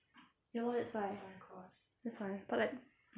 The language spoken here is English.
ya lor that's why that's why but like